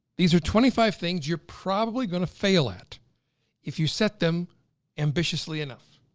these are twenty five things you're probably gonna fail at if you set them ambitiously enough.